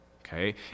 okay